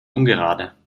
ungerade